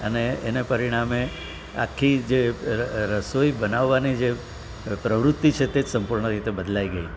અને એને પરિણામે આખી જે રસોઈ બનાવવાની જે પ્રવૃત્તિ છે તે સંપૂર્ણ રીતે બદલાઈ ગઈ